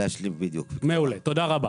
תודה רבה.